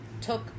took